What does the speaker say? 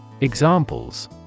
Examples